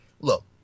look